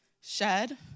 shed